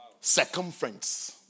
Circumference